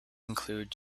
include